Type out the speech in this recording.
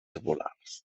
tubulars